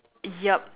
yup